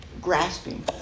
grasping